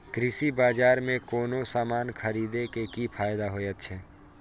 कृषि बाजार में कोनो सामान खरीदे के कि फायदा होयत छै?